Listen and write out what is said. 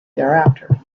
thereafter